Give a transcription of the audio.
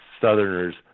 southerners